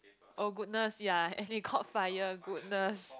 oh goodness ya and it caught fire goodness